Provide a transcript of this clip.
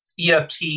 EFT